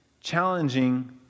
challenging